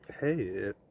hey